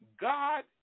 God